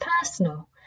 personal